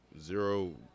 zero